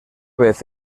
vez